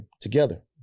together